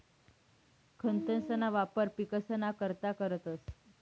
खतंसना वापर पिकसना करता करतंस